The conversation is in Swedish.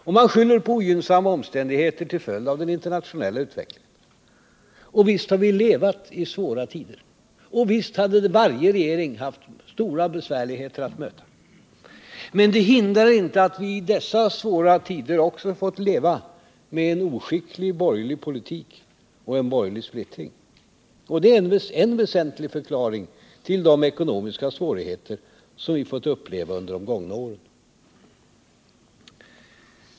Och man skyller på ogynnsamma omständigheter till följd av den internationella utvecklingen. Visst har vi levat i svåra tider. Och visst har varje regering haft stora besvärligheter att möta. Men det hindrar inte att vi i dessa svåra tider också fått leva med en oskicklig borgerlig politik och en borgerlig splittring. Och det är en väsentlig förklaring till de ekonomiska svårigheter som vi fått uppleva under de gångna tre åren.